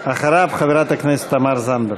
אחריו, חברת הכנסת תמר זנדברג.